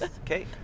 Okay